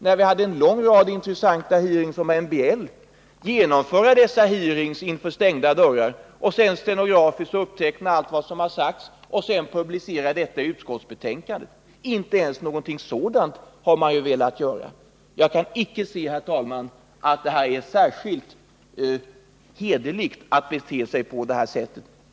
Där hade man en lång rad intressanta hearings om MBL inför stängda dörrar. Allt som sades upptecknades stenografiskt och publicerades i utskottsbetänkandet. Men inte ens något sådant har näringsutskottet velat göra. Jag kan, herr talman, inte finna att det är särskilt hederligt att bete sig på det sättet.